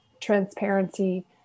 transparency